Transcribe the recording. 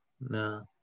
No